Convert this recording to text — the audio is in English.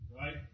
Right